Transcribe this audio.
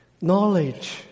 Knowledge